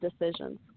decisions